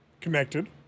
Connected